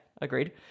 agreed